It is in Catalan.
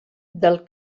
del